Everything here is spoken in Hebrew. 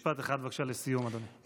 משפט אחד בבקשה לסיום, אדוני.